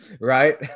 right